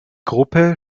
gruppe